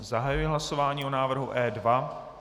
Zahajuji hlasování o návrhu E2.